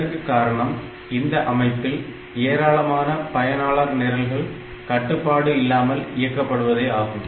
இதற்கு காரணம் இந்த அமைப்பில் ஏராளமான பயனாளர் நிரல்கள் கட்டுப்பாடு இல்லாமல் இயக்கப்படுவதே ஆகும்